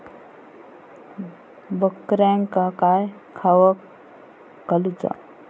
बकऱ्यांका काय खावक घालूचा?